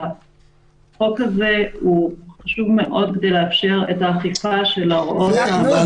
החוק הזה הוא חשוב מאוד כדי לאפשר את האכיפה של ההוראות --- נו,